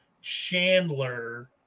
Chandler